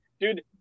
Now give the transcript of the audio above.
Dude